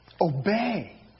Obey